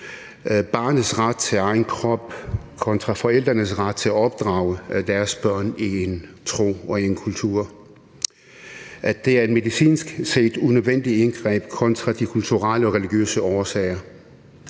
at bestemme over egen krop kontra forældrenes ret til at opdrage deres børn i en tro og i en kultur; at det medicinsk set er et unødvendigt indgreb kontra de kulturelle og religiøse årsager;